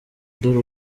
dore